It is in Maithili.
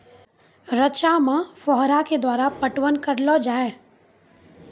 रचा मे फोहारा के द्वारा पटवन करऽ लो जाय?